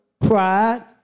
pride